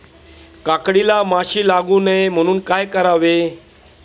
काकडीला माशी लागू नये म्हणून काय करावे?